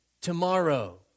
tomorrow